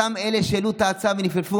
אותם אלה שהעלו את ההצעה ונפנפו,